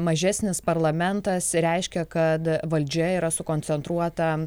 mažesnis parlamentas reiškia kad valdžia yra sukoncentruota